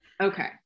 Okay